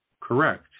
correct